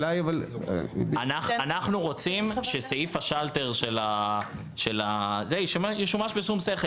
אנחנו רוצים שסעיף השלטר ישומש בשום שכל,